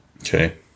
Okay